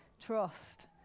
trust